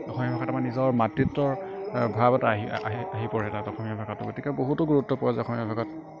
অসমীয়া ভাষাটোত আমাৰ নিজৰ মাতৃত্বৰ ভাব এটা আহে আহি আহি পৰে তাত অসমীয়া ভাষাত গতিকে বহুতো গুৰুত্ব পোৱা যায় অসমীয়া ভাষাত